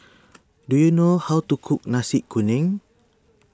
do you know how to cook Nasi Kuning